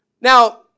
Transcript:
Now